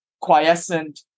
quiescent